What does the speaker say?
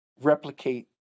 replicate